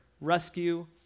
rescue